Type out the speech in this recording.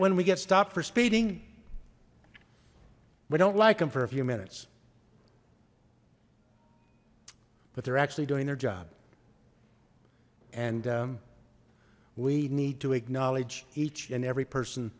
when we get stopped for speeding we don't like them for a few minutes but they're actually doing their job and we need to acknowledge each and every person